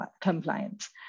compliance